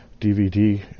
dvd